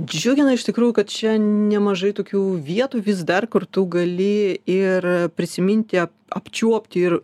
džiugina iš tikrųjų kad čia nemažai tokių vietų vis dar kur tu gali ir prisiminti apčiuopti ir